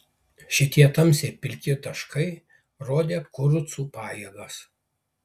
šitie tamsiai pilki taškai rodė kurucų pajėgas